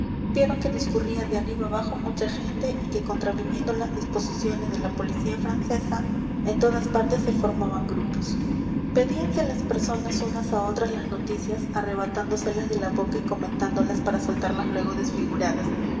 vieron que discurría de arriba abajo mucha gente y que contraviniendo las disposiciones de la policía francesa en todas partes se formaban grupos pedíanse las personas unas a otras las noticias arrebatándoselas de la boca y comentándolas para soltarlas luego desfiguradas